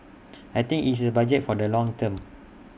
I think it's A budget for the long term